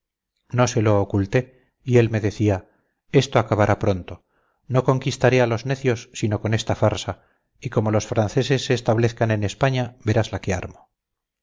no se lo oculté y él me decía esto acabará pronto no conquistaré a los necios sino con esta farsa y como los franceses se establezcan en españa verás la que armo